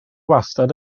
wastad